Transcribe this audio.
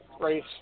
race